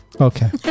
Okay